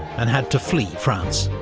and had to flee france.